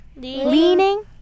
leaning